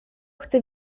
chcę